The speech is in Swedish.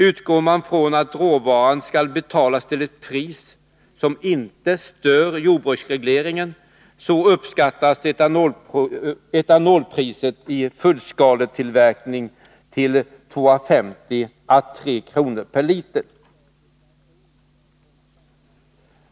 Utgår vi från att råvaror skall betalas till ett pris som inte stör jordbruksregleringen, kan etanolpriset i fullskaletillverkning uppskattas till 2 kr. 50 öre-3 kr. per liter.